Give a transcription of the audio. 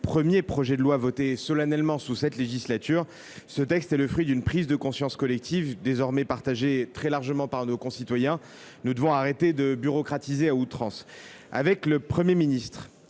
cette législature voté solennellement par la Haute Assemblée –, ce texte est le fruit d’une prise de conscience collective désormais partagée très largement par nos concitoyens : nous devons arrêter de bureaucratiser à outrance ! Avec le Premier ministre,